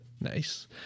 Nice